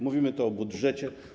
Mówimy tu o budżecie.